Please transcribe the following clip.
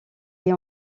est